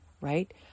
right